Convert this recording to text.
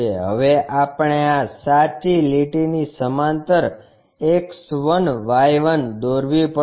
હવે આપણે આ સાચી લીટીની સમાંતર X 1 Y 1 દોરવી પડશે